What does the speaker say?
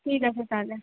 ঠিক আছে তাহলে